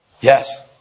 Yes